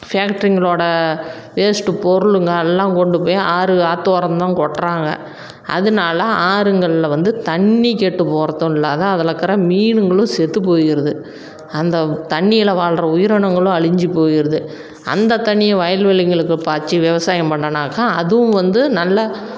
ஃபேக்ட்ரிங்களோட waste பொருளுங்க எல்லாம் கொண்டுபோய் ஆறுகள் ஆத்தோரம்தான் கொட்டுறாங்க அதனால ஆறுங்களில் வந்து தண்ணி கெட்டு போகறதும் இல்லாத அதில் இருக்குற மீனுங்களும் செத்து போயிருது அந்த தண்ணியில வாழ்கிற உயிரினங்களும் அழிஞ்சி போயிருது அந்த தண்ணியை வயல்வெளிங்களுக்கு பாய்ச்சி விவசாயம் பண்ணுனாக்கா அதுவும் வந்து நல்லா